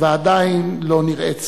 ועדיין לא נראה סופה.